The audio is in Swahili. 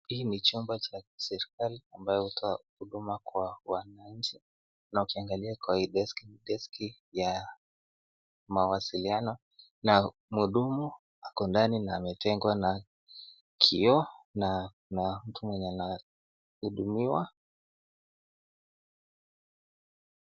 Hii ni chumba cha serikali ambayo hutoa huduma kwa wananchi, na ukiangalia kwa hii desk ya mawasiliano na muhudumu ako ndani na ametengwa na kioo na kuna mtu mwenye anahudumiwa.